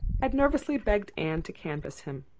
had nervously begged anne to canvass him.